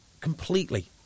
Completely